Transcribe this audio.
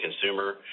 consumer